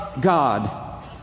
God